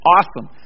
Awesome